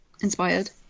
inspired